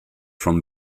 from